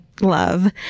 love